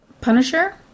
Punisher